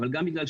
אבל גם בגלל,